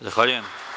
Zahvaljujem.